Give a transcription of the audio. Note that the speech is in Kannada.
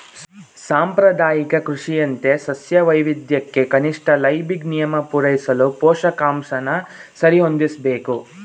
ಸಾಂಪ್ರದಾಯಿಕ ಕೃಷಿಯಂತೆ ಸಸ್ಯ ವೈವಿಧ್ಯಕ್ಕೆ ಕನಿಷ್ಠ ಲೈಬಿಗ್ ನಿಯಮ ಪೂರೈಸಲು ಪೋಷಕಾಂಶನ ಸರಿಹೊಂದಿಸ್ಬೇಕು